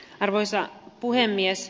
arvoisa puhemies